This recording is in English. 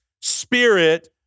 spirit